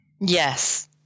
yes